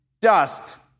dust